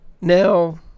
Now